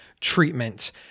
treatment